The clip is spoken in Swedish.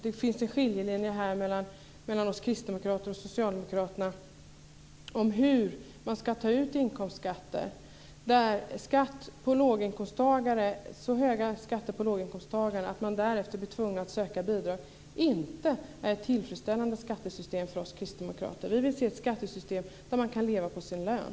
Det finns en skiljelinje mellan oss kristdemokrater och socialdemokrater om hur man ska ta ut inkomstskatter. En så hög skatt på låginkomsttagare att de därefter blir tvungna att söka bidrag är inte ett tillfredsställande skattesystem för oss kristdemokrater. Vi vill se ett skattesystem där man kan leva på sin lön.